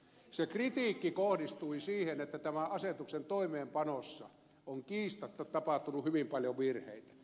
se kritiikki kohdistui siihen että tämän asetuksen toimeenpanossa on kiistatta tapahtunut hyvin paljon virheitä